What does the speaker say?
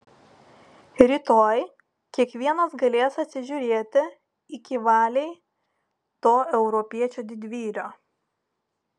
rytoj kiekvienas galės atsižiūrėti iki valiai to europiečio didvyrio